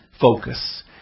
focus